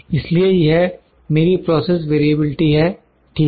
इसलिए यह मेरी प्रोसेस वेरिएबलटी है ठीक है